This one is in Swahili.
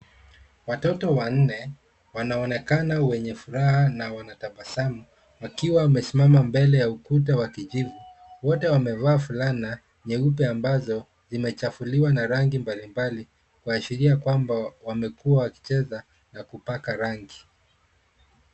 Watoto wanne wanaonekana wenye furaha na wanatabasamu wakiwa wamesimama mbele ya ukuta wa kijivu. Wote wamevaa fulana nyeupe ambazo zimechafuliwa na rangi mbalimbali kuashiria kwamba wamekua wakicheza na kupaka rangi.